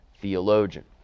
theologian